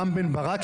רם בן ברק,